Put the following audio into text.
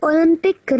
Olympic